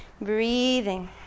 Breathing